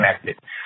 connected